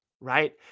right